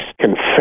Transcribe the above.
confess